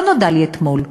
לא נודע לי אתמול,